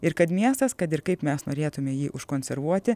ir kad miestas kad ir kaip mes norėtume jį užkonservuoti